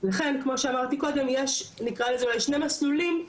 לכן כמו שאמרתי קודם יש נקרא לזה אולי שני מסלולים,